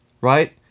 right